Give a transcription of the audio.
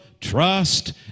trust